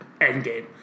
Endgame